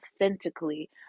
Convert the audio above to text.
authentically